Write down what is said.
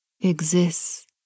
exists